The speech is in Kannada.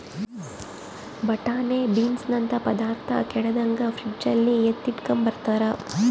ಬಟಾಣೆ ಬೀನ್ಸನಂತ ಪದಾರ್ಥ ಕೆಡದಂಗೆ ಫ್ರಿಡ್ಜಲ್ಲಿ ಎತ್ತಿಟ್ಕಂಬ್ತಾರ